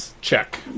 check